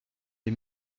les